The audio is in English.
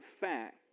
fact